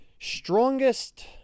strongest